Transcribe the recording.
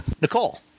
Nicole